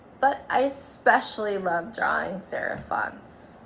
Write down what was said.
but i especially love drawing serif fonts.